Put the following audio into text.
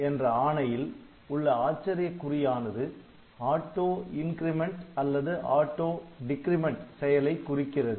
என்ற ஆணையில் உள்ள ஆச்சரியக்குறியானது ஆட்டோ இன்கிரிமெண்ட் அல்லது ஆட்டோ டிக்ரிமென்ட் செயலைக்குறிக்கிறது